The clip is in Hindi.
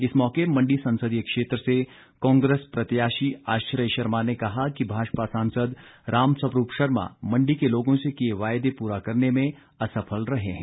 इस मौके मंडी संसदीय क्षेत्र से कांग्रेस प्रत्याशी आश्रय शर्मा ने कहा कि भाजपा सांसद रामस्वरूप शर्मा मण्डी के लोगों से किए वायदे पूरा करने में असफल रहे हैं